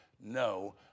no